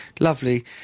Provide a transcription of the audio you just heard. Lovely